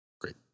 Great